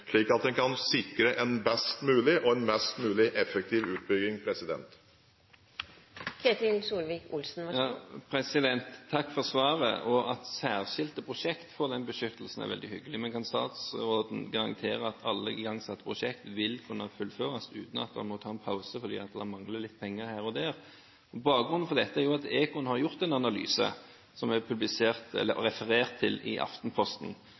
slik at en kan sikre en best mulig og en mest mulig effektiv utbygging. Takk for svaret. At særskilte prosjekter får den beskyttelsen, er veldig hyggelig. Men kan statsråden garantere at alle igangsatte prosjekter vil kunne fullføres uten at en må ta en pause fordi det mangler litt penger her og der? Bakgrunnen for dette er at Econ har gjort en analyse som det, som nevnt, er referert til i Aftenposten.